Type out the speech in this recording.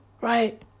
Right